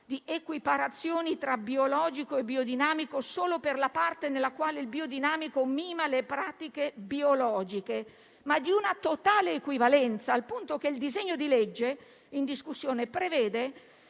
di equiparazioni tra biologico e biodinamico solo per la parte nella quale il biodinamico mima le pratiche biologiche, ma di una totale equivalenza, al punto che il disegno di legge in discussione prevede